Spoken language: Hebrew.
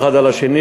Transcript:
אחד על השני,